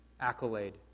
accolade